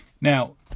Now